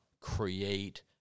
create